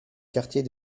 quartier